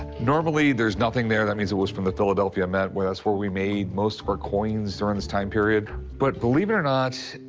normally there's nothing there. that means it was from the philadelphia mint, where that's where we made most of our coins during this time period. but believe it or not,